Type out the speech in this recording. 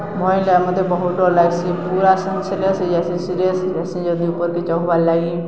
ଭଲ୍ ନି ଲାଗେ ମତେ ବହୁତ୍ ଡର୍ ଲାଗ୍ସି ପୁରା ସେନ୍ସଲେସ୍ ହେଇଯାଏସି ସିିରିଏସ୍ ହେଇ ଯାଏସି ଯଦି ଉପର୍କେ ଚଘ୍ବାର୍ଲାଗି